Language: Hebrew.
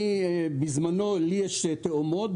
לי יש תאומות,